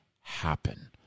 happen